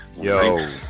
Yo